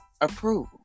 approval